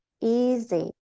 easy